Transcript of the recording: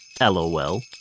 LOL